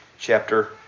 Chapter